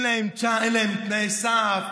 תן להם צ'אנס, אין להם תנאי סף?